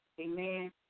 Amen